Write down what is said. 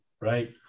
right